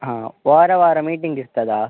ಹಾಂ ವಾರ ವಾರ ಮೀಟಿಂಗ್ ಇರ್ತದಾ